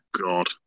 God